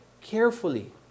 carefully